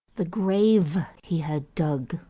the grave he had dug,